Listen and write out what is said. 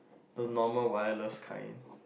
the normal wireless kind